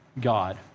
God